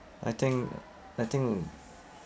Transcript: I think I think